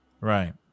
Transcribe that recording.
Right